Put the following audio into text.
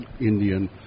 Indian